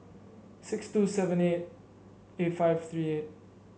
six two seven eight eight five three eight